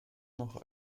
noch